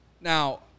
Now